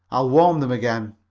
i'll warm them again.